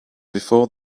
before